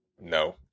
No